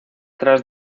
tras